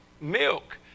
Milk